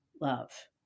love